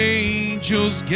angels